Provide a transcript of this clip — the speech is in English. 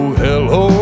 hello